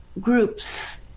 groups